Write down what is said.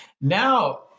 now